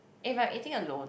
if I'm eating alone